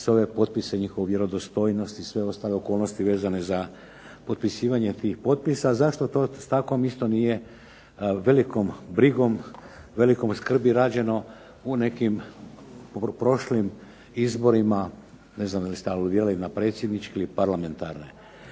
ove potpise, njihovu vjerodostojnost, i sve ostale okolnosti vezane za potpisivanje tih potpisa, zašto to tako isto nije velikom brigom, velikom skrbi rađeno u nekim prošlim izborima, ne znam jeste li aludirali na predsjedničke ili parlamentarne.